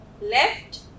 Left